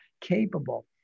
capable